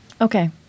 Okay